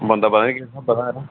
बंदा पता नी केस स्हाबा दा हा यरा